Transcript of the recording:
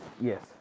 Yes